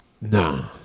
Nah